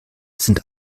sind